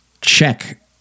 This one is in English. check